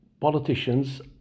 politicians